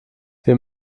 wir